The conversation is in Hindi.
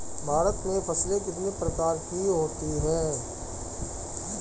भारत में फसलें कितने प्रकार की होती हैं?